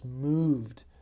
moved